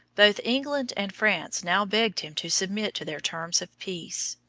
both england and france now begged him to submit to their terms of peace.